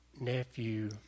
nephew